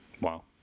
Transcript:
Wow